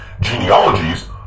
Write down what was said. Genealogies